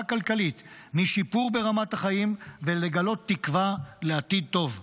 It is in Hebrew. כלכלית ומשיפור ברמת החיים ולגלות תקווה לעתיד טוב.